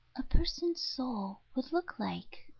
a person's soul. would look like,